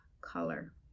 color